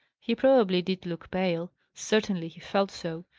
he probably did look pale certainly he felt so.